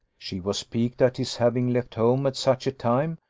she was piqued at his having left home at such a time,